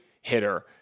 hitter